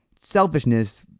selfishness